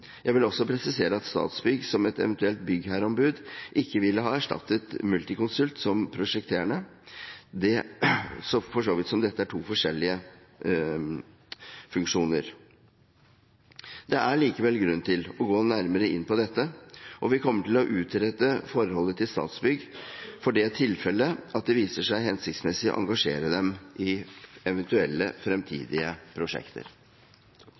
Jeg vil også presisere at Statsbygg som et eventuelt byggherreombud ikke ville ha erstattet Multiconsult som prosjekterende, for så vidt som dette er to forskjellige funksjoner. Det er likevel grunn til å gå nærmere inn på dette, og vi kommer til å utrede forholdet til Statsbygg for det tilfellet at det viser seg hensiktsmessig å engasjere dem i eventuelle fremtidige prosjekter.